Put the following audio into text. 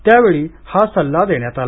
त्यावेळी हा सल्ला देण्यात आला